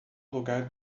lugar